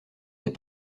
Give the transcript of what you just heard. des